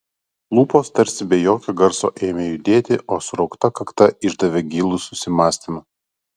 lūpos tarsi be jokio garso ėmė judėti o suraukta kakta išdavė gilų susimąstymą